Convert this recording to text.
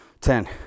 Ten